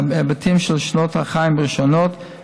להיבטים של שנות החיים הראשונות,